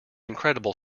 incredible